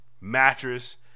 Mattress